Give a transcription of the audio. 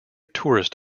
tourist